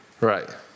Right